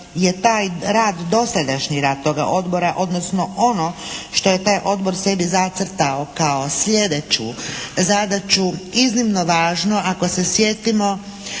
je taj rad, dosadašnji rad tog odbora odnosno ono što je taj odbor sebi zacrtao kao slijedeću zadaću iznimno važno ako se sjetimo